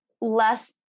less